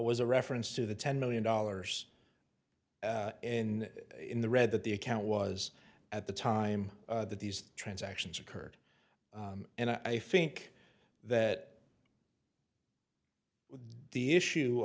was a reference to the ten million dollars in in the red that the account was at the time that these transactions occurred and i think that the issue